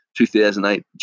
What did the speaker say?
2008